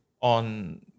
on